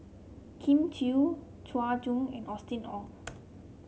Elim Chew Chua Joon and Austen Ong